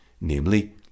namely